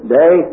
day